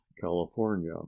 California